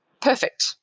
perfect